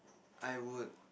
I would